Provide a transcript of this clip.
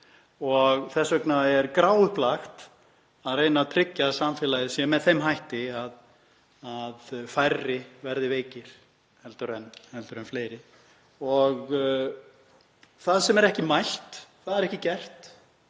og þess vegna er gráupplagt að reyna að tryggja að samfélagið sé með þeim hætti að færri verði veikir heldur en fleiri. Og það sem er ekki mælt er ekki gert